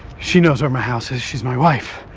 she knows where my house is, she's my wife.